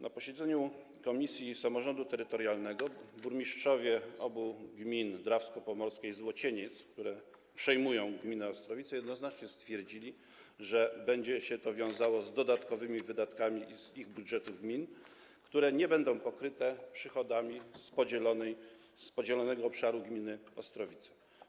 Na posiedzeniu komisji samorządu terytorialnego burmistrzowie obu gmin: Drawsko Pomorskie i Złocieniec, które przejmują gminę Ostrowice, jednoznacznie stwierdzili, że będzie się to wiązało z dodatkowymi wydatkami z ich budżetów gmin, które nie będą pokryte z przychodów pochodzących z podzielonego obszaru gminy Ostrowice.